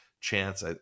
Chance